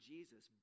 Jesus